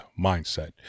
mindset